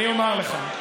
אני אומר לך.